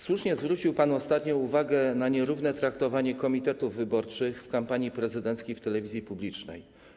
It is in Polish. Słusznie zwrócił pan ostatnio uwagę na nierówne traktowanie komitetów wyborczych w kampanii prezydenckiej w telewizji publicznej.